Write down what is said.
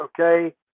Okay